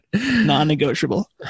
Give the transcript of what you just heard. Non-negotiable